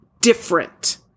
different